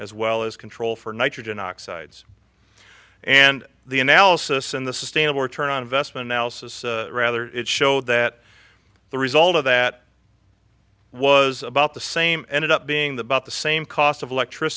as well as control for nitrogen oxides and the analysis in the sustainable return on investment houses rather it showed that the result of that was about the same ended up being the bout the same cost of